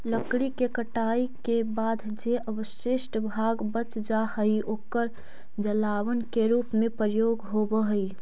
लकड़ी के कटाई के बाद जे अवशिष्ट भाग बच जा हई, ओकर जलावन के रूप में प्रयोग होवऽ हई